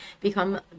become